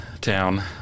town